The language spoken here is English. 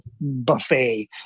buffet